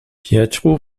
pietro